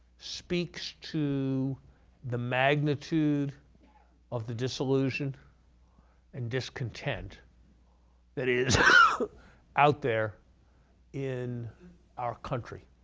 speaks to the magnitude of the disillusion and discontent that is out there in our country.